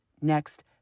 next